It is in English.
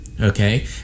Okay